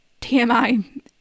TMI